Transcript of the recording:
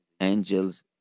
angels